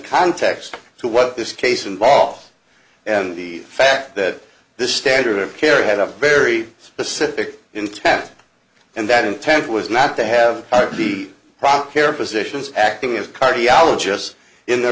context to what this case involves and the fact that this standard of care had a very specific intent and that intent was not to have the proper care physicians acting as a cardiologist in the